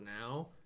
now